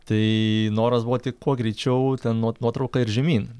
tai noras buvo tik kuo greičiau ten nuo nuotrauką ir žemyn